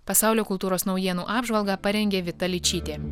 pasaulio kultūros naujienų apžvalgą parengė vita ličytė